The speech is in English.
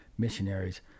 missionaries